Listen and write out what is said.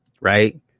right